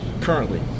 currently